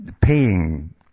paying